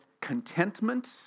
contentment